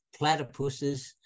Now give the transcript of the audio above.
platypuses